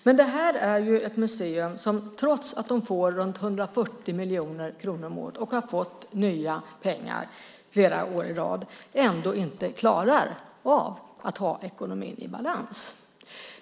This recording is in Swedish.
Men detta är ett museum som trots att det får runt 140 miljoner kronor om året och har fått nya pengar flera år i rad inte klarar av att ha ekonomin i balans.